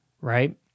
right